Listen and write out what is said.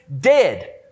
dead